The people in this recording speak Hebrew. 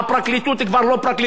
היא בידיים של חלק מהאנשים.